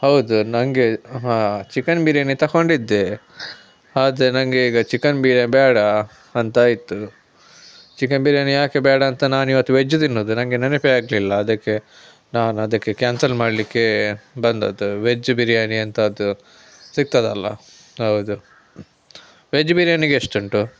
ಹೌದು ನನಗೆ ಹಾಂ ಚಿಕನ್ ಬಿರಿಯಾನಿ ತಗೊಂಡಿದ್ದೆ ಆದರೆ ನನಗೆ ಈಗ ಚಿಕನ್ ಬಿರಿಯಾನಿ ಬೇಡ ಅಂತ ಇತ್ತು ಚಿಕನ್ ಬಿರಿಯಾನಿ ಯಾಕೆ ಬೇಡ ಅಂತ ನಾನಿವತ್ತು ವೆಜ್ ತಿನ್ನೋದು ನನಗೆ ನೆನಪೆ ಆಗಲಿಲ್ಲ ಅದಕ್ಕೆ ನಾನು ಅದಕ್ಕೆ ಕ್ಯಾನ್ಸಲ್ ಮಾಡಲಿಕ್ಕೆ ಬಂದದ್ದು ವೆಜ್ ಬಿರಿಯಾನಿ ಎಂತಾದರು ಸಿಕ್ತದಲ್ಲ ಹೌದು ವೆಜ್ ಬಿರಿಯಾನಿಗೆ ಎಷ್ಟು ಉಂಟು